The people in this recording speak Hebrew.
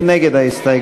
מי נגד ההסתייגות?